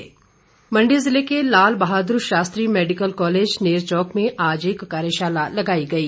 सरवीण चौधरी मण्डी जिले के Lal Bahadur Shastri medical college Nerchowk में आज एक कार्यशाला लगाई गयी